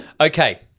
Okay